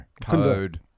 Code